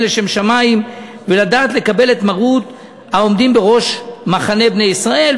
לשם שמים ולדעת לקבל את מרות העומדים בראש מחנה בני ישראל",